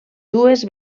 dues